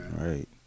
Right